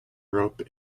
rope